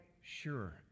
sure